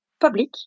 public